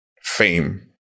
fame